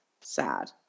sad